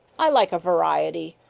i like a variety.